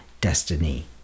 destiny